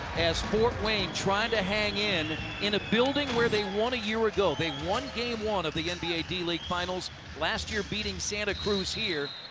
as fort wayne trying to hang in in it a building where they won a year ago. they won game one of the nba d-league finals last year beating santa cruz here.